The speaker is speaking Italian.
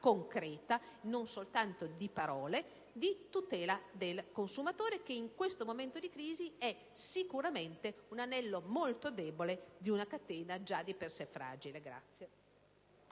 concreta, non fatta soltanto di parole, di tutela del consumatore, che in questo momento di crisi è sicuramente un anello molto debole di una catena già di per sé fragile.